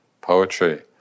poetry